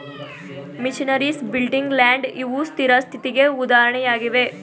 missionaries, building, land ಇವು ಸ್ಥಿರಾಸ್ತಿಗೆ ಉದಾಹರಣೆಯಾಗಿವೆ